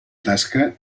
tasca